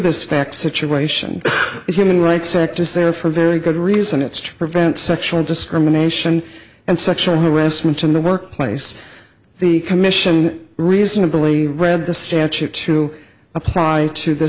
this fact situation human rights act is there for very good reason it's true prevent sexual discrimination and sexual harassment in the workplace the commission reasonably read the statute to apply to th